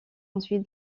ensuite